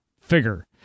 figure